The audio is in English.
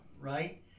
Right